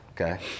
okay